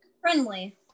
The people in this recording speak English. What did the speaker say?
Friendly